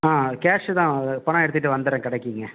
ஆ cash தான் அதுதான் பணம் எடுத்துட்டு வந்துடுறேன் கடைக்குங்க